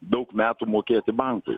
daug metų mokėti bankui